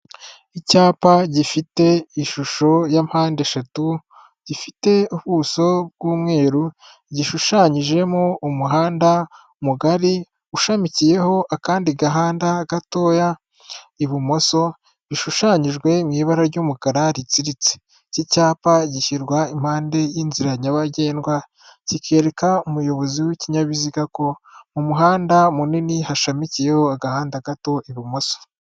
Icyapa gifite ishusho y'impande eshatu gifite ubuso bw'umweru gishushanyijemo umuhanda mugari ushamikiyeho akandi gahanda gatoya ibumoso gishushanyijweho ibara ry'umukara ritsiritse iki cyapa gishyirwa impande y'inzira nyabagendwa kikerekwa umuyobozi w'ikinyabiziga ko mu muhanda munini hashamikiyeho agahandada gato ibumoso.